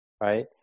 right